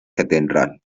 catedral